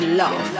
love